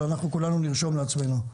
אבל אנחנו כולנו נרשום לעצמנו.